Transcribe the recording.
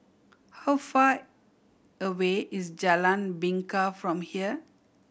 how far away is Jalan Bingka from here